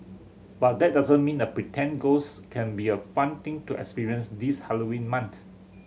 but that doesn't mean a pretend ghost can't be a fun thing to experience this Halloween month